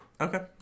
okay